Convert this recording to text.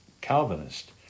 Calvinist